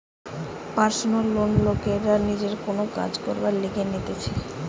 personal loan লোকরা নিজের কোন কাজ করবার লিগে নিতেছে